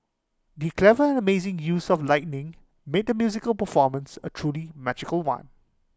the clever and amazing use of lighting made the musical performance A truly magical one